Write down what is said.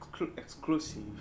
exclusive